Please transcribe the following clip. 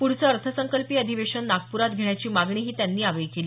पुढचं अर्थसंकल्पीय अधिवेशन नागप्रात घेण्याची मागणी फडणवीस यांनी यावेळी केली